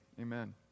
amen